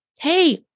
Hey